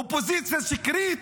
אופוזיציה שקרית.